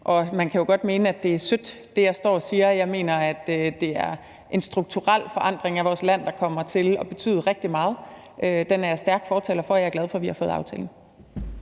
Og man kan jo godt mene, at det, jeg står og siger, er sødt – jeg mener, det er en strukturel forandring af vores land, der kommer til at betyde rigtig meget. Den er jeg stærk fortaler for, og jeg er glad for, at vi har fået aftalen.